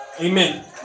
amen